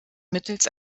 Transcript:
mittels